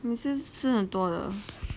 你是不是吃很多的